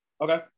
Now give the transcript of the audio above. Okay